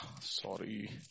Sorry